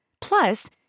Plus